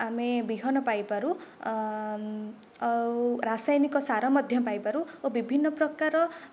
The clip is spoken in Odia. ଆମେ ବିହନ ପାଇପାରୁ ଆଉ ରାସାୟନିକ ସାରା ମଧ୍ୟ ପାଇପାରୁ ଓ ବିଭିନ୍ନ ପ୍ରକାର